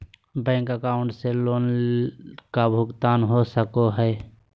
Bank account से loan का भुगतान हो सको हई?